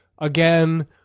again